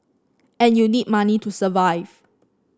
and you need money to survive